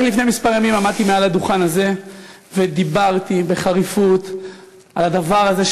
רק לפני כמה ימים עמדתי על הדוכן הזה ודיברתי בחריפות על הדבר הזה,